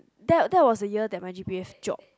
that that was the year my g_p_a drop